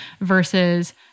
versus